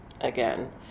again